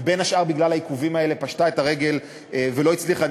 ובין השאר בגלל העיכובים האלה פשטה את הרגל ולא הצליחה,